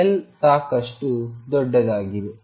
L ಸಾಕಷ್ಟು ದೊಡ್ಡದಾಗಿದೆ